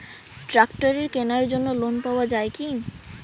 ট্রাক্টরের কেনার জন্য লোন পাওয়া যায় কি?